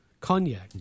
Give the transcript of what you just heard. Cognac